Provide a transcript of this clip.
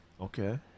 Okay